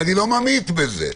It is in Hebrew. ואני לא ממעיט בזה.